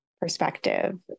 perspective